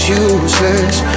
useless